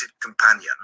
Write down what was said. companion